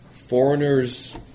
foreigners